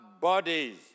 bodies